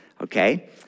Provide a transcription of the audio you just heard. Okay